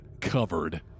covered